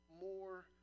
more